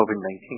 COVID-19